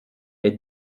est